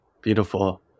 beautiful